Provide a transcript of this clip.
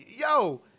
yo